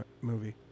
movie